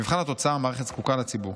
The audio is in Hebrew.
במבחן התוצאה המערכת זקוקה לציבור.